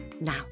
Now